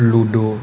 ludo